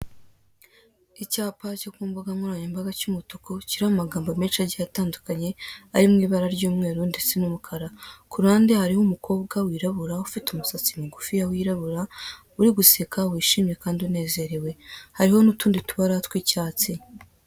Icyapa cyo ku mbuga nkoranyambaga cy'umutuku, kiriho amagambo menshi agiye atandukanye ari mu ibara ry'umweru ndetse n'umukara; ku ruhande hariho umukobwa wirabura, ufite umusatsi mugufiya wirabura, uri guseka wishimye kandi unezerewe, hariho n'utundi tubara tw'icyatsi.